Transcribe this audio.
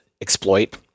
exploit